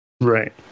Right